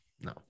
No